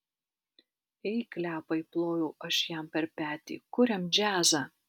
ei klepai plojau aš jam per petį kuriam džiazą